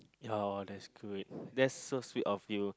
yeah that's good that's so sweet of you